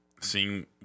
seeing